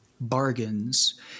bargains